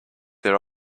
their